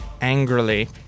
angrily